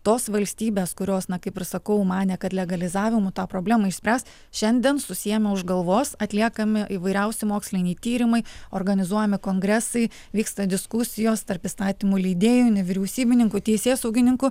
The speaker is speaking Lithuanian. tos valstybės kurios na kaip ir sakau manė kad legalizavimu tą problemą išspręs šiandien susiėmė už galvos atliekami įvairiausi moksliniai tyrimai organizuojami kongresai vyksta diskusijos tarp įstatymų leidėjų nevyriausybininkų teisėsaugininkų